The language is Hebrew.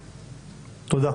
תודה.